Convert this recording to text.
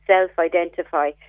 self-identify